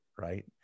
Right